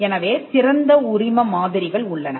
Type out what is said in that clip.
எனவே திறந்த உரிம மாதிரிகள் உள்ளன